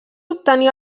obtenir